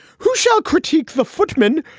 who shall critique the footman?